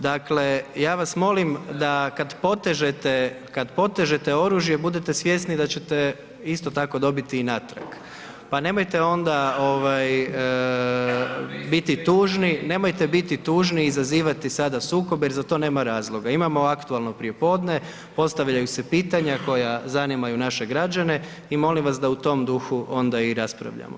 Dakle, ja vas molim da kad potežete, kad potežete oružje, budite svjesni da ćete isto tako dobiti i natrag, pa nemojte onda biti tužni, nemojte biti tužni, izazivati sada sukobe jer za to nema razloga, imamo aktualno prijepodne, postavljaju se pitanja koja zanimaju naše građane i molim vas da u tom duhu onda i raspravljamo.